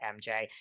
MJ